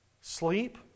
sleep